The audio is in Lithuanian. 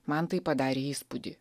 man tai padarė įspūdį